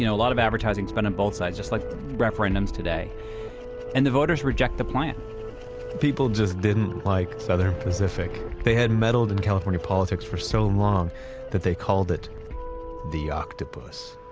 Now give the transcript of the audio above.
you know a lot of advertising spend on both sides just like referendums today and the voters reject the plan people just didn't like southern pacific. they had meddled in california politics for so long that they called it the octopus.